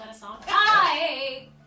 Hi